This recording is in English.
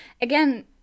again